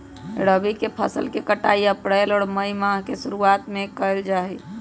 रबी के फसल के कटाई अप्रैल और मई माह के शुरुआत में कइल जा हई